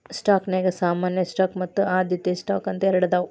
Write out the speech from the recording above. ಸ್ಟಾಕ್ನ್ಯಾಗ ಸಾಮಾನ್ಯ ಸ್ಟಾಕ್ ಮತ್ತ ಆದ್ಯತೆಯ ಸ್ಟಾಕ್ ಅಂತ ಎರಡದಾವ